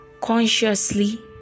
consciously